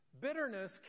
Bitterness